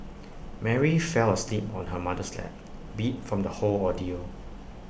Mary fell asleep on her mother's lap beat from the whole ordeal